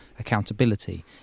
Accountability